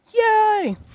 Yay